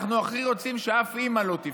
אנחנו הכי רוצים שאף אימא לא תבכה,